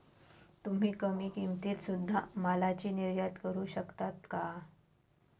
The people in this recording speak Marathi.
तुम्ही कमी किमतीत सुध्दा मालाची निर्यात करू शकता का